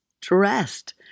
dressed